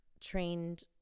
trained